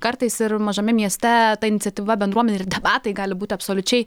kartais ir mažame mieste ta iniciatyva bendruomenių ir debatai gali būti absoliučiai